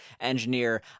engineer